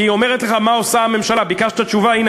הנה,